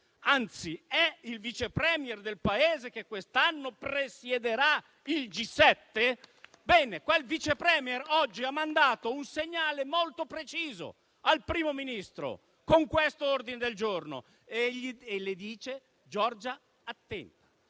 anzi è il vice *Premier* del Paese che quest'anno presiederà il G7. Bene, quel vice *Premier* oggi ha mandato un segnale molto preciso al primo Ministro con questo ordine del giorno. E le dice: Giorgia, attenta.